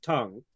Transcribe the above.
Tongue